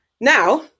Now